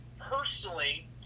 personally